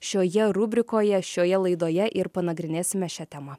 šioje rubrikoje šioje laidoje ir panagrinėsime šią temą